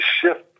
shift